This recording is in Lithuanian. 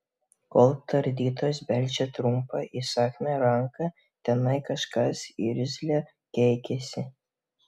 kol tardytojas beldžia trumpa įsakmia ranka tenai kažkas irzliai keikiasi